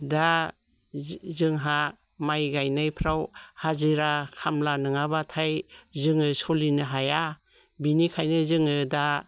दा जोंहा माइ गायनायफ्राव हाजिरा खामला नङाब्लाथाय जोङो सोलिनो हाया बिनिखायनो जोङो दा